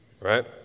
Right